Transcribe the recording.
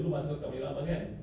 rabak rabak punya